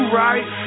right